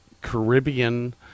Caribbean